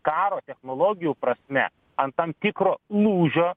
karo technologijų prasme ant tam tikro lūžio